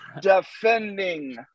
defending